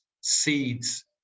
seeds